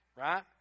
right